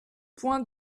point